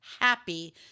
happy